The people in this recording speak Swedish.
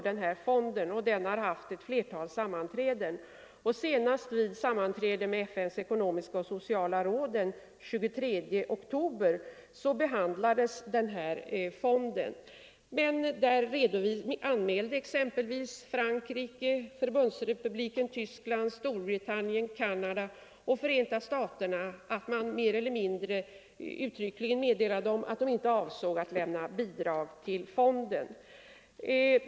Kommittén har haft ett flertal sammanträden. Senast vid sammanträdet med FN:s ekonomiska och sociala råd den 23 oktober behandlades frågan om den här fonden. Då meddelade emellertid exempelvis Frankrike, Förbundsrepubliken Tyskland, Storbritannien, Canada och Förenta staterna mer eller mindre uttryckligt att de inte avsåg att lämna bidrag till fonden.